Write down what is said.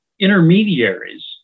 intermediaries